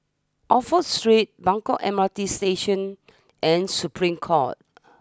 Oxford Street Buangkok M R T Station and Supreme court